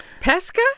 Pesca